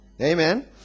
amen